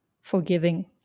forgiving